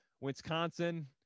Wisconsin